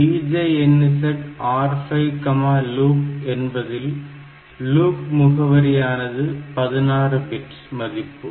DJNZ R5loop என்பதில் loop முகவரி ஆனது 16 பிட் மதிப்பு